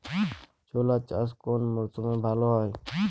ছোলা চাষ কোন মরশুমে ভালো হয়?